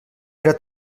era